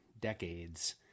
decades